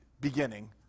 beginning